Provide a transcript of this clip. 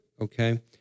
Okay